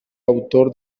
autor